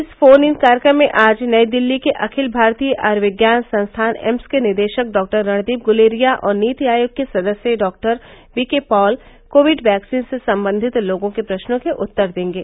इस phone in कार्यक्रम में आज नई दिल्ली के अखिल भारतीय आयूर्विज्ञान संस्थान एम्स के निदेशक डॉक्टर रणदीप गुलेरिया और नीति आयोग के सदस्य doctor V K Paul Covid vaccine से सम्बन्धित लोगों के प्रश्नों के उत्तर देंगे